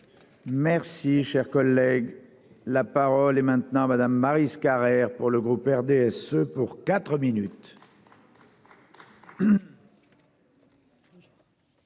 Merci, cher collègue, la parole est maintenant Madame Maryse Carrère pour le groupe RDSE pour 4 minutes.